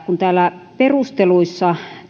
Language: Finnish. kun täällä perusteluissa